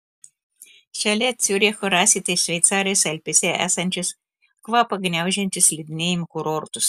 šalia ciuricho rasite šveicarijos alpėse esančius kvapą gniaužiančius slidinėjimo kurortus